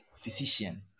Physician